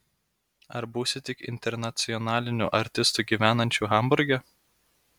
ar būsi tik internacionaliniu artistu gyvenančiu hamburge